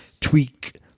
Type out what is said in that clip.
tweak